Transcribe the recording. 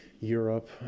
europe